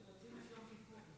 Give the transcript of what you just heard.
הם רוצים את יום כיפור.